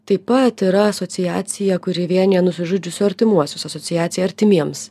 taip pat yra asociacija kuri vienija nusižudžiusių artimuosius asociacija artimiems